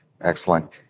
Excellent